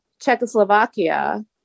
Czechoslovakia